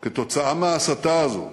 כתוצאה מההסתה הזאת